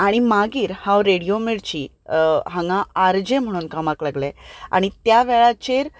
आनी मागीर हांव रेडियो मिर्ची हांगा आर जे म्हणून कामांक लागलें आनी त्या वेळाचेर